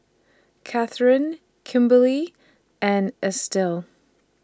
Kathern Kimberlie and Estill